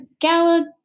gala